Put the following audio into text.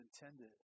intended